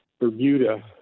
Bermuda